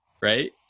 right